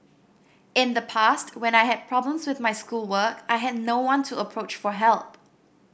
in the past when I had problems with my schoolwork I had no one to approach for help